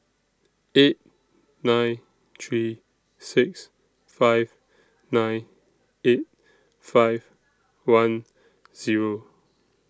eight nine three six five nine eight five one Zero